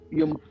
yung